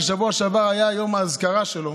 שבשבוע שעבר היה יום האזכרה שלו,